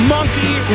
Monkey